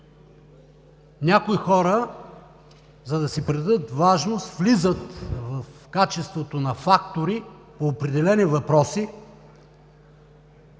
Някои хора, за да си придадат важност, влизат в качеството на фактори по определени въпроси